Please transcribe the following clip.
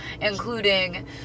including